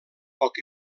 poc